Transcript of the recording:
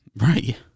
right